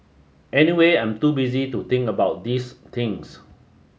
anyway I'm too busy to think about these things